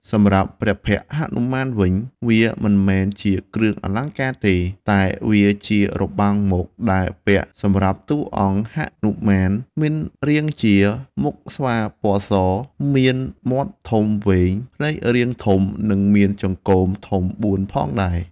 សម្រាប់ព្រះភ័ក្ត្រហនុមានវិញ វាមិនមែនជាគ្រឿងអលង្ការទេ តែវាជារបាំងមុខដែលពាក់សម្រាប់តួអង្គ ហនុមានមានរាងជា មុខស្វាពណ៌ស មានមាត់ធំវែង ភ្នែករាងធំ និងចង្កូមធំ៤ផងដែរ។